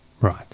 Right